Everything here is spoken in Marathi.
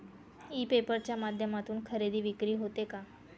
ई पेपर च्या माध्यमातून खरेदी विक्री होते का?